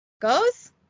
goes